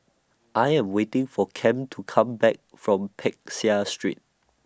I Am waiting For Kem to Come Back from Peck Seah Street